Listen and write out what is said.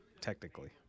technically